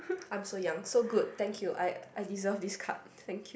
I'm so young so good thank you I I deserve this card thank you